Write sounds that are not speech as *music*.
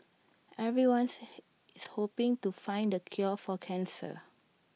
everyone's *noise* hoping to find the cure for cancer